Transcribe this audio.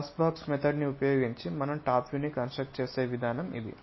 glass box పద్ధతిని ఉపయోగించి మనం టాప్ వ్యూని కన్స్ట్రక్ట్ చేసే విధానం ఇది